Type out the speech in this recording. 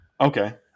Okay